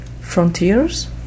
frontiers